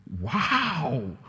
Wow